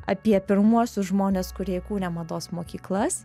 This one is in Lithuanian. apie pirmuosius žmones kurie įkūrė mados mokyklas